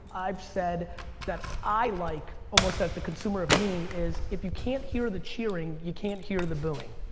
i've said that i like, almost as the consumer of me, is if you can't hear the cheering, you can't hear the booing.